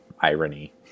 irony